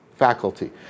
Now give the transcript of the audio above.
faculty